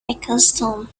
accustomed